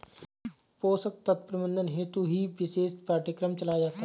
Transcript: पोषक तत्व प्रबंधन हेतु ही विशेष पाठ्यक्रम चलाया जाता है